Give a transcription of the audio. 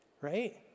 right